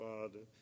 Father